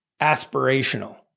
aspirational